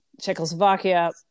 Czechoslovakia